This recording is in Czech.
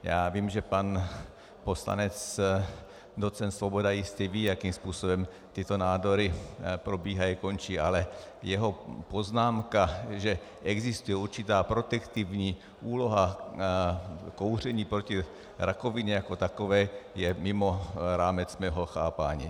Já vím, že pan poslanec docent Svoboda jistě ví, jakým způsobem tyto nádory probíhají a končí, ale jeho poznámka, že existuje určitá protektivní úloha kouření proti rakovině jako takové, je mimo rámec mého chápání.